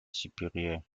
supérieure